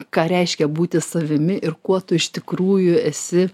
ką reiškia būti savimi ir kuo tu iš tikrųjų esi